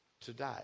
today